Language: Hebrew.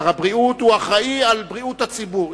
שר הבריאות אחראי לבריאות הציבור,